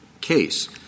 case